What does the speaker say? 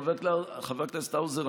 חבר הכנסת האוזר,